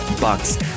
bucks